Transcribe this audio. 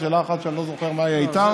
הייתה שאלה אחת שאני לא זוכר מה היא הייתה.